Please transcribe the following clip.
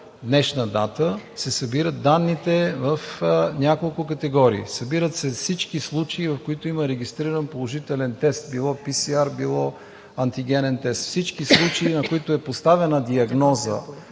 днешна дата се събират данните в няколко категории. Събират се всички случаи, в които има регистриран положителен тест – било PCR, било антигенен тест, всички случаи, на които е поставена диагноза